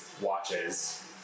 watches